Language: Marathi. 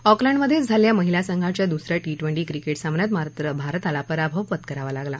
ऑकलंडमध्येच झालेल्या महिला संघाच्या दुस या टी ट्वेन्टी क्रिकेट सामन्यात मात्र भारताला पराभव पत्करावा लागला